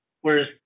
Whereas